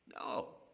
No